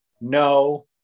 no